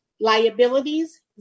Liabilities